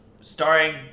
starring